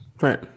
Right